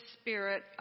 spirit